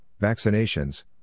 vaccinations